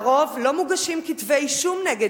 על-פי רוב לא מוגשים כתבי אישום נגד